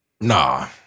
Nah